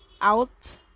out